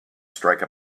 strike